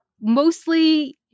mostly